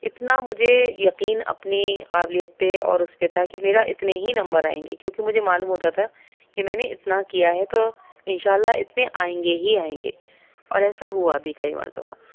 اتنا مجھے یقین اپنی قابلیت پہ اور اس پہ تھا کہ میرا اتنے ہی نمبر آئیں گے کیونکہ مجھے معلوم ہوتا تھا کہ میں نے اتنا کیا ہے تو انشاء اللہ اتنے آئیں گے ہی آئیں گے اور ایسا ہوا بھی کئی مرتبہ